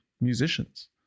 musicians